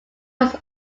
was